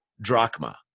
drachma